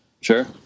Sure